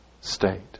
state